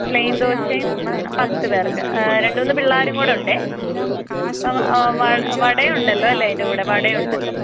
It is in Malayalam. പ്ലെയിൻ ദോശയും പത്ത് പേർക്ക് രണ്ടുമൂന്ന് പിള്ളേരും കൂടെ ഉണ്ടേ അപ്പം വട ഉണ്ടല്ലോ അല്ലേ അതിൻ്റെ കൂടെ വട ഉണ്ടല്ലോ